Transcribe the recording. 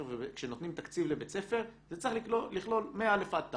כשנותנים תקציב לבית ספר זה צריך לכלול מ-א עד ת